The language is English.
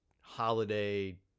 holiday